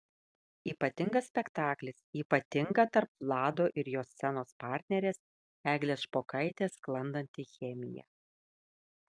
ypatingas spektaklis ypatinga tarp vlado ir jo scenos partnerės eglės špokaitės sklandanti chemija